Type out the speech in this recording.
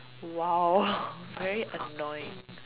!wow! was very annoying